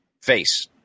face